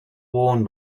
worn